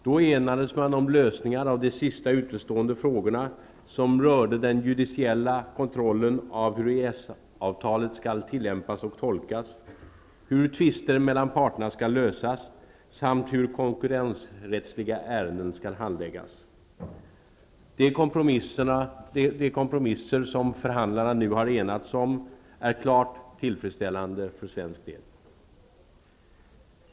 Då enades man om lösningar av de sista utestående frågorna, som rörde den judiciella kontrollen av hur EES-avtalet skall tillämpas och tolkas, hur tvister mellan parterna skall lösas samt hur konkurrensrättsliga ärenden skall handläggas. De kompromisser som förhandlarna har enats om är klart tillfredsställande för svensk del.